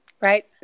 right